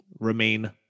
remain